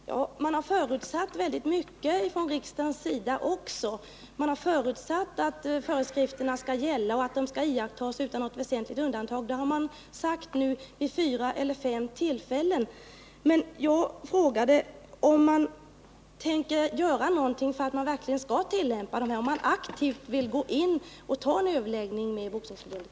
Herr talman! Även riksdagen har förutsatt väldigt mycket. Riksdagen har förutsatt att föreskrifterna skall gälla och att de skall iakttas utan något väsentligt undantag. Det har riksdagen sagt nu vid fyra eller fem tillfällen. Men jag frågade om man från jordbruksdepartementets sida tänker göra någonting för att reglerna verkligen skall tillämpas, om man vill aktivt gå in och ta en överläggning med Boxningsförbundet.